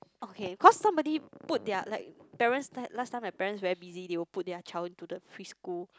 okay cause nobody put their like parents like last time my parents very they will put their child to the preschool